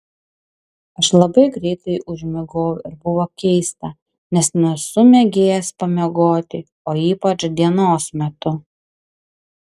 aš labai greitai užmigau ir buvo keista nes nesu mėgėjas pamiegoti o ypač dienos metu